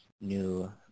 new